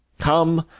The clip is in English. come,